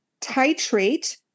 titrate